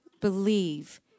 believe